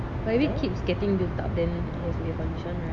but if it keeps getting built up then it has to be a condition right